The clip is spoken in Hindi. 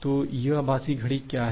तो यह आभासी घड़ी क्या है